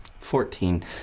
Fourteen